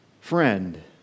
friend